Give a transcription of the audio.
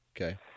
Okay